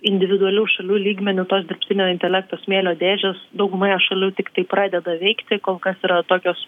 individualių šalių lygmeniu tos dirbtinio intelekto smėlio dėžės daugumoje šalių tiktai pradeda veikti kol kas yra tokios